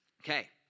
Okay